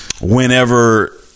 whenever